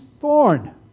thorn